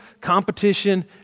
competition